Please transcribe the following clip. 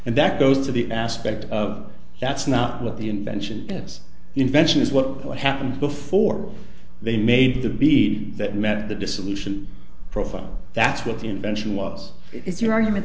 and that goes to the aspect of that's not what the invention of this invention is what happened before they made to be that met the dissolution profile that's what the invention was it's your argument